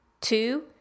Two